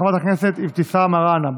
של חברת הכנסת אבתיסאם מראענה.